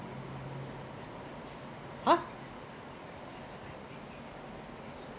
!huh!